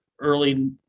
early